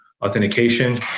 authentication